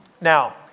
Now